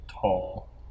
tall